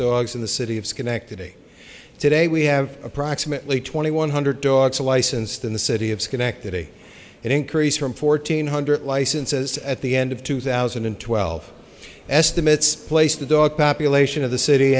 august in the city of schenectady today we have approximately twenty one hundred dogs licensed in the city of schenectady and increase from fourteen hundred licenses at the end of two thousand and twelve estimates place the dog population of the city